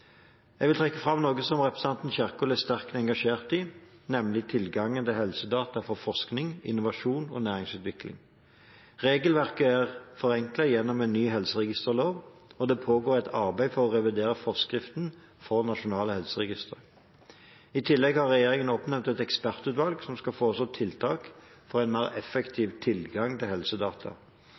Jeg vil trekke fram noe representanten Kjerkol er sterkt engasjert i, nemlig tilgangen til helsedata for forskning, innovasjon og næringsutvikling. Regelverket er forenklet gjennom en ny helseregisterlov, og det pågår et arbeid for å revidere forskriftene for nasjonale helseregistre. I tillegg har regjeringen oppnevnt et ekspertutvalg som skal foreslå tiltak for en mer effektiv tilgang til helsedata.